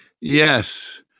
Yes